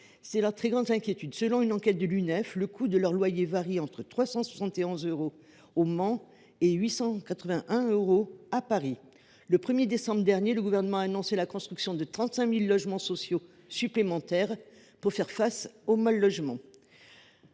devient leur plus grande inquiétude. Selon une enquête de l’Unef, le coût du loyer varie pour eux entre 361 euros au Mans et 881 euros à Paris. Le 1 décembre dernier, le Gouvernement a annoncé la construction de 35 000 logements sociaux supplémentaires pour faire face au mal logement.